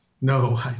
No